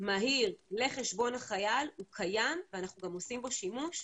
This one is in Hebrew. מהיר לחשבון החייל הוא קיים ואנחנו גם עושים בו שימוש,